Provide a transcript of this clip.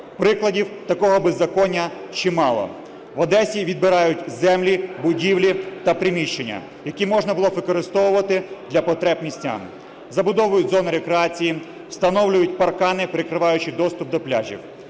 Прикладів такого беззаконня чимало: в Одесі відбирають землі, будівлі та приміщення, які можна було б використовувати для потреб містян; забудовують зони рекреації, встановлюють паркани, перекриваючи доступ до пляжів.